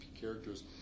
characters